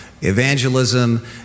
evangelism